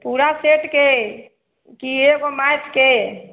पूरा सेटके कि एगो मैथके